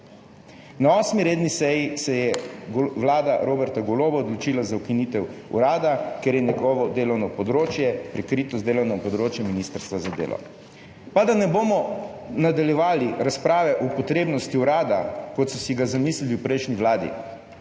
Na 8. redni seji se je vlada Roberta Goloba odločila za ukinitev urada, ker je njegovo delovno področje prikrito z delovnim področjem ministrstva za delo. Pa da ne bomo nadaljevali razprave o potrebnosti urada, kot so si ga zamislili v prejšnji vladi,